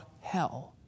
hell